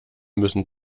müssen